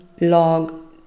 log